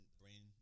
brain